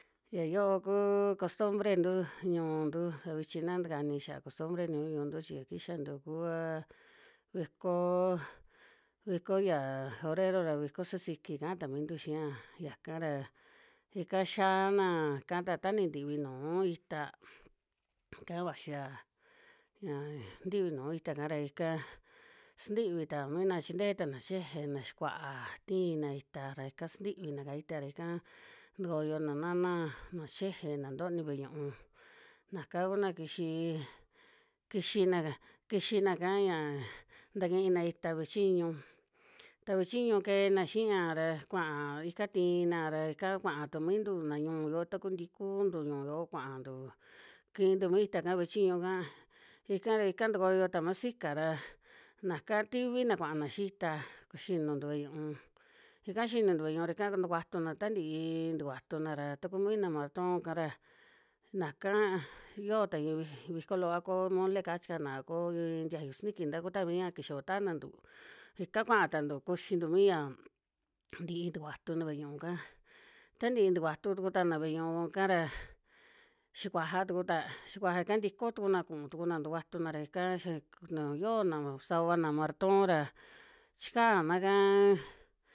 Ya yoo ku costumbre ntu ñu'untu ra, vichi na takani xiaa costumbre ñu'untu chi ya kixantu kuva vikoo, viko ya fabrero ra viko sasiki kaa ta miintu xia yaka ra, ika xiaana ka ta taa ni ntivi nuu ita, ka vaxia ña ntivi nuu ita'ka ra ika sintivi ta mina chi ntee tana cheje na xikuaa, tiina ita ra ika sintivina'ka ita ra ika tukoyona nana na cheje, na ntoni ve'e ñu'ú naka kuna kixii, kixina, xixina'ka ya takina ita ve'e chiñu, ta ve'e chiñu keena xiya ra kuaa ika tiina ra ika kuaa tu mintu na ñuun yo'o ta kuu tikuntu ñuun yoo kuantu kiintu mi ita'ka ve'e chiñu'ka, ika ra ika tukuyo ta musica ra naka tivi kuana xii ita, ku xinuntu ve'e ñu'ún, ika xinuntu ve'e ñu'ú ra ika tukuatuna, ta ntii tukuatuna ra tuku mii na marton kara naka yio ta iin viko loo, a ko mole'ka chikana a ko ntiayu sintiki nta kuu ta mia kixa votana ntuu, ika kuaa tantu kuxintu mi ya ntii tukuatuna ve'e ñu'uka, ta ntii tukuatu tuku tana ve'e ñu'úka ra, xi kuaja tuku ta, xikuaja'ka tiko tukuna kuun tukuna tukuatuna ra ika yia k yo nuu sana na marton ra chikana kaa.